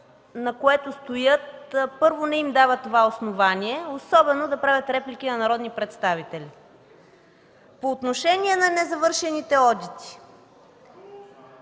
на което стоят, не им дава това основание да правят реплики на народни представители. По отношение на незавършените одити.